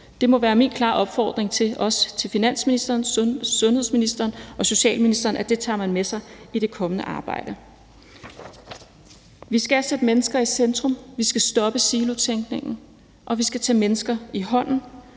Det må være min klare opfordring også til finansministeren, sundhedsministeren og socialministeren, at det tager man med sig i det kommende arbejde. Vi skal sætte mennesker i centrum, vi skal stoppe silotænkningen, vi skal tage mennesker i hånden